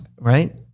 Right